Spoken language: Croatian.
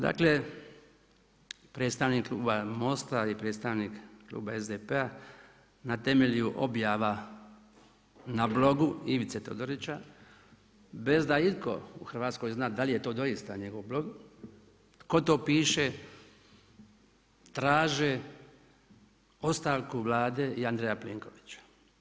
Dakle predstavnik kluba MOST-a i predstavnik kluba SDP-a na temelju objava na blogu Ivice Todorića bez da itko u Hrvatskoj zna da li je to doista njegov blok, tko to piše, traže ostavku Vlade i Andreja Plenkovića.